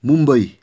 Mumbai